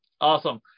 Awesome